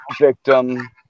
victim